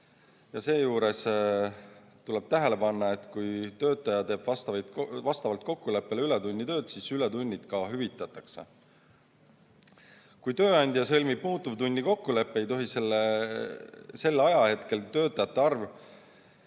Seejuures tuleb tähele panna, et kui töötaja teeb vastavalt kokkuleppele ületunnitööd, siis ületunnid ka hüvitatakse. Kui tööandja sõlmib muutuvtunni kokkuleppe, ei tohi sellel ajahetkel töötajate arv,